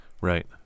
Right